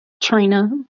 trina